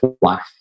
life